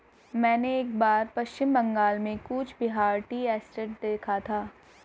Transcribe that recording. मैंने एक बार पश्चिम बंगाल में कूच बिहार टी एस्टेट देखा था